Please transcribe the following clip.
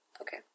okay